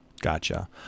Gotcha